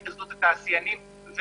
התאחדות התעשיינים,